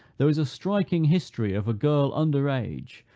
there is a striking history of a girl under age,